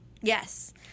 yes